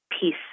peace